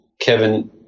Kevin